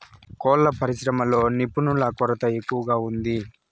కోళ్ళ పరిశ్రమలో నిపుణుల కొరత ఎక్కువగా ఉంది